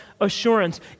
assurance